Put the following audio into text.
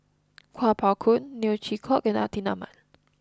Kuo Pao Kun Neo Chwee Kok and Atin Amat